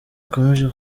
ikomeje